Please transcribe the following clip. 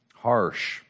harsh